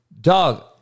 dog